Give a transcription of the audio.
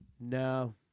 No